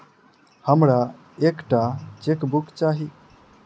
हमरा एक टा चेकबुक चाहि